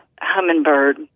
hummingbird